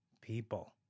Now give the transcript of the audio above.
people